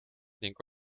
ning